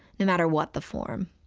no matter what the form.